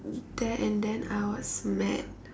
there and then I was mad